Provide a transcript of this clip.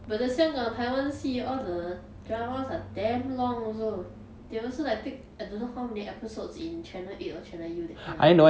but the 香港台湾戏 all the dramas are damn long also they also like pick I don't know how many episodes in channel eight or channel U that kind one